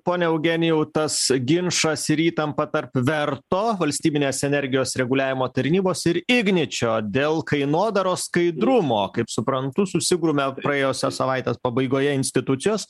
pone eugenijau tas ginčas ir įtampa tarp verto valstybinės energijos reguliavimo tarnybos ir igničio dėl kainodaros skaidrumo kaip suprantu susigrūmia praėjusios savaitės pabaigoje institucijos